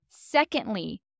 Secondly